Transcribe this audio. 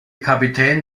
kapitän